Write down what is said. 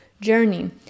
journey